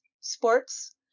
sports